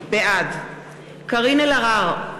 בעד קארין אלהרר,